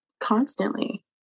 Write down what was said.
constantly